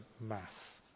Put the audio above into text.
math